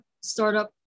startup